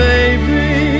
Baby